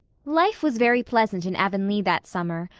life was very pleasant in avonlea that summer,